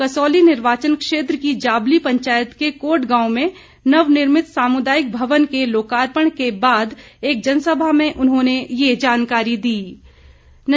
कसौली निर्वाचन क्षेत्र की जाबली पंचायत के कोट गांव में नवनिर्मित सामुदायिक भवन के लोकार्पण के बाद एक जनसभा में उन्होंने ये जानकारी दी